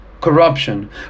corruption